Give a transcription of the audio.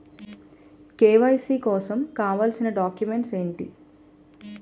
KYC కోసం కావాల్సిన documents ఎంటి?